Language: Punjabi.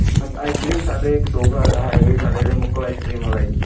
ਆਈਸ ਕ੍ਰੀਮ ਸਾਡੇ ਇੱਕ ਦੋ ਕੁ ਹੈਗੇ ਜੀ ਸਾਡੇ ਆਈਸ ਕ੍ਰੀਮ ਵਾਲਾ ਜੀ